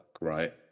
right